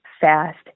fast